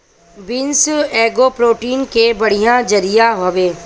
beans एगो protein के बढ़िया जरिया हवे